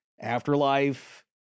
afterlife